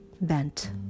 bent